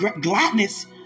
gladness